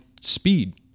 speed